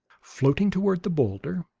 floating toward the boulder,